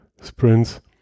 Sprints